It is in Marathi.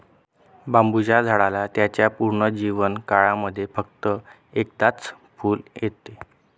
बांबुच्या झाडाला त्याच्या पूर्ण जीवन काळामध्ये फक्त एकदाच फुल येत